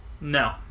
No